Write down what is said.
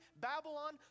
Babylon